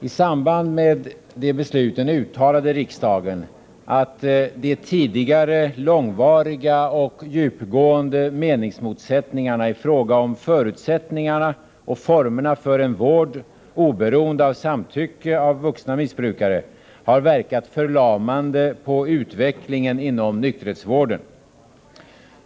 I samband med de besluten uttalade riksdagen att de tidigare långvariga och djupgående meningsmotsättningarna i fråga om förutsättningarna och formerna för en vård oberoende av samtycke av vuxna missbrukare har verkat förlamande på utvecklingen inom nykterhetsvården.